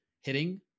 hitting